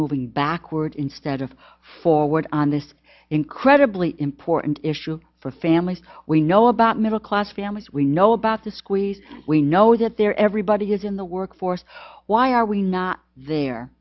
moving backward instead of forward on this incredibly important issue for families we know about middle class families we know about the squeeze we know that there everybody is in the workforce why are we not there